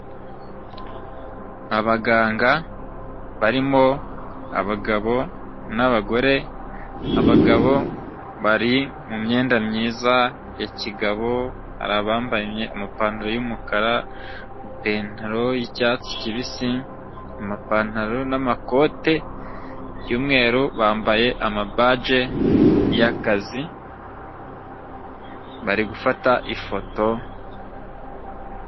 Abaganga barimo abagabo n'abagore abagabo bari m'imyenda myiza ya kigabo hari abambaye amapantaro y'umukara, amapantaro y'icyatsi kibisi, amapantaro n'amakote y'umweru bambaye amabaji y'akazi bari gufata ifoto.